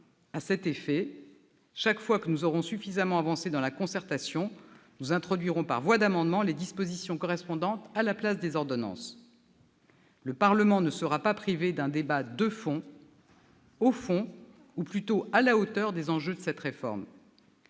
À cet effet, chaque fois que nous aurons suffisamment avancé dans la concertation, nous introduirons, par voie d'amendement, les dispositions correspondantes à la place des ordonnances. Le Parlement ne sera pas privé d'un débat de fond, au fond ou plutôt à la hauteur des enjeux de cette réforme.